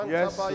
Yes